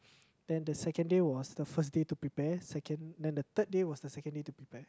then the second day was the first day to prepare second then the third day was the second day to prepare